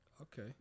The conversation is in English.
Okay